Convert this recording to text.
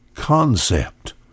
concept